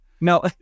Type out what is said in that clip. No